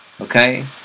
Okay